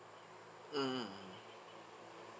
mm mm mm